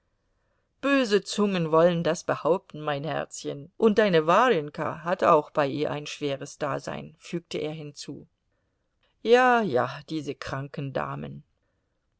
böse zungen wollen das behaupten mein herzchen und deine warjenka hat auch bei ihr ein schweres dasein fügte er hinzu ja ja diese kranken damen